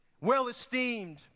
well-esteemed